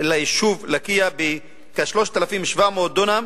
ליישוב לקיה בכ-3,700 דונם,